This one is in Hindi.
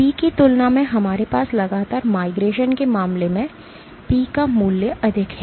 P की तुलना में हमारे पास लगातार माइग्रेशन के मामले में P का मूल्य अधिक है